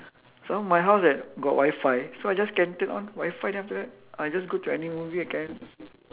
some more my house have got wi-fi so I just can turn on wi-fi then after that I just go to any movie I can